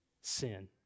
Sin